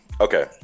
okay